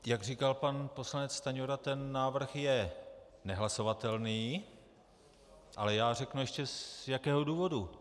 Jak říkal pan poslanec Stanjura, ten návrh je nehlasovatelný, ale já ještě řeknu, z jakého důvodu.